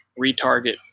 retarget